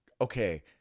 okay